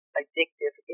addictive